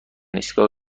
ایستگاه